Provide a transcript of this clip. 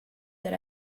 that